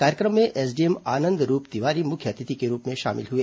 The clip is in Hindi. कार्यक्रम में एसडीएम आनंद रूप तिवारी मुख्य अतिथि के रूप में शामिल हुए